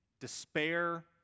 despair